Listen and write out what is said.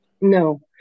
No